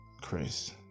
Chris